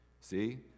See